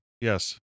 Yes